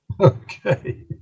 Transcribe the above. Okay